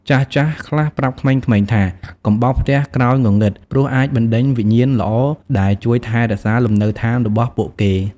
ចាស់ៗខ្លះប្រាប់ក្មេងៗថា៖ «កុំបោសផ្ទះក្រោយងងឹត ព្រោះអាចបណ្ដេញវិញ្ញាណល្អដែលជួយថែរក្សាលំនៅដ្ឋានរបស់ពួកគេ។